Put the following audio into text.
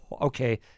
Okay